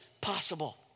possible